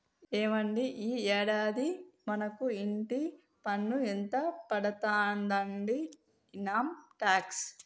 ఏవండి ఈ యాడాది మనకు ఇంటి పన్ను ఎంత పడతాదండి ఇన్కమ్ టాక్స్